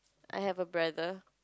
I have a brother